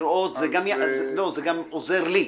לא, זה גם עוזר לי.